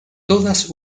todas